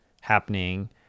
happening